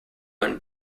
when